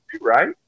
right